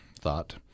thought